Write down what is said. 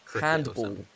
Handball